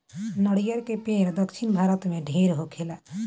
नरियर के पेड़ दक्षिण भारत में ढेर होखेला